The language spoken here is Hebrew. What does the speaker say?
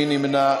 מי נמנע?